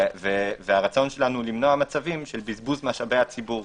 והרצון שלנו למנוע מצבים של בזבוז משאבי הציבור